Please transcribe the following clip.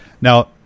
Now